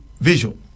visual